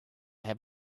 have